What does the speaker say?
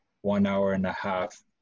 one-hour-and-a-half